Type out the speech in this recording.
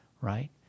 right